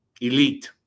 elite